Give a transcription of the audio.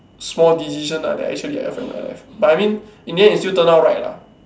small decision lah that actually affect my life but I mean in the end it still turn out right lah